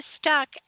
stuck